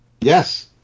Yes